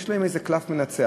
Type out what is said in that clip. יש להם איזה קלף מנצח.